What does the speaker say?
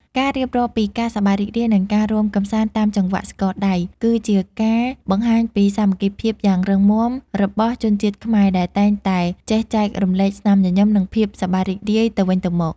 ការរៀបរាប់ពីការសប្បាយរីករាយ និងការរាំកម្សាន្តតាមចង្វាក់ស្គរដៃ គឺជាការបង្ហាញពីសាមគ្គីភាពយ៉ាងរឹងមាំរបស់ជនជាតិខ្មែរ ដែលតែងតែចេះចែករំលែកស្នាមញញឹម និងភាពសប្បាយរីករាយទៅវិញទៅមក។